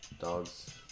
dogs